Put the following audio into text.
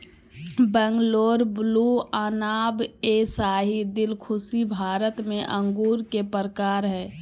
Bangalore blue, अनाब ए शाही, दिलखुशी भारत में अंगूर के प्रकार हय